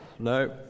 No